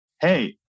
hey